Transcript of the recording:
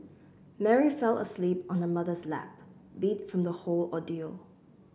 Mary fell asleep on her mother's lap beat from the whole ordeal